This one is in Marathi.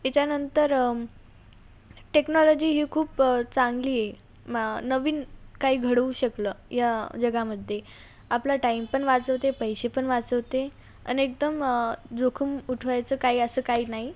त्याच्यानंतर टेक्नॉलॉजी ही खूप चांगली आहे म नवीन काही घडवू शकलं या जगामध्ये आपला टाईमपण वाचवते पैसेपण वाचवते आणि एकदम जोखीम उठवायचं काही असं काही नाही